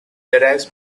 derives